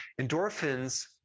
Endorphins